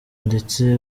ndetse